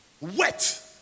Wet